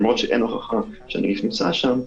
למרות שאין הוכחה שהנגיף נמצא שם,